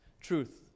Truth